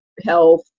health